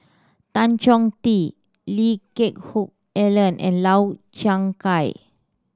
Tan Chong Tee Lee Geck Hoon Ellen and Lau Chiap Khai